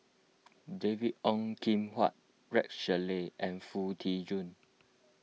David Ong Kim Huat Rex Shelley and Foo Tee Jun